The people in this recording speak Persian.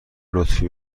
لطفی